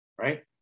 right